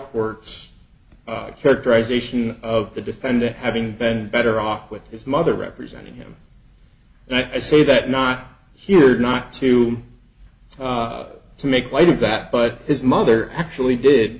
quirks characterization of the defendant having been better off with his mother representing him and i say that not here not to to make light of that but his mother actually did